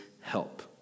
help